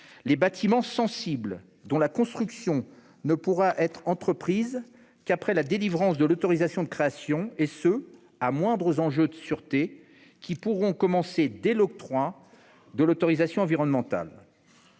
les bâtiments sensibles dont la construction ne pourra être entreprise qu'après la délivrance de l'autorisation de création et ceux, à moindres enjeux de sûreté, qui pourront commencer dès l'octroi de l'autorisation environnementale.